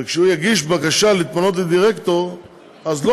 וכשהוא יגיש בקשה להתמנות לדירקטור אז לא